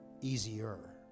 easier